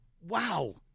wow